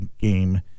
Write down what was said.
game